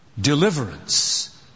deliverance